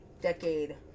decade